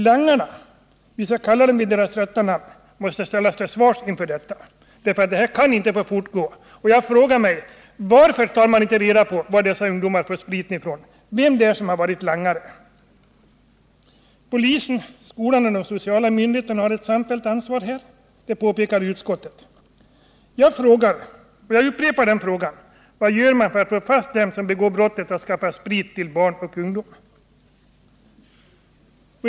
”Langarna” — vi skall kalla dem vid deras rätta namn — måste ställas till svars för detta. Det kan inte få fortgå. Jag vill fråga: Varför tar man inte reda på var ungdomarna får spriten ifrån, vem som varit langare? Polisen, skolan och de sociala myndigheterna har ett samfällt ansvar, påpekar utskottet. Jag upprepar frågan: Vad gör man för att få fast dem som begår brottet att skaffa sprit till barn och ungdom?